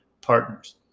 partners